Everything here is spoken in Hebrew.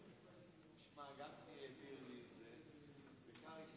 חבריי חברי הכנסת, מיקי,